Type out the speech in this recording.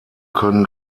können